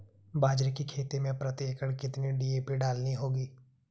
बाजरे की खेती में प्रति एकड़ कितनी डी.ए.पी डालनी होगी?